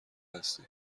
هستی